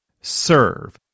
serve